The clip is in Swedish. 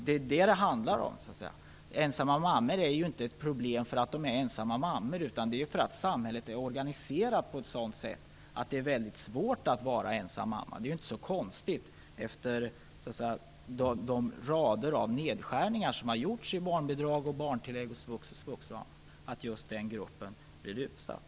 Det är detta det handlar om - ensamma mammor är inte ett problem för att de är ensamma mammor utan för att samhället är organiserat på ett sätt som gör det väldigt svårt att vara ensam mamma. Det är inte så konstigt att denna grupp blir utsatt som en följd av de rader av nedskärningar som gjorts i t.ex. barnbidrag, barntillägg, svux och svuxa.